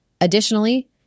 Additionally